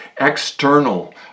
external